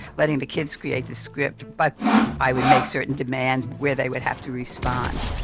letting the kids create the script. but i would make certain demands where they would have to respond.